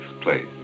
place